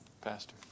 Pastor